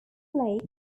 lake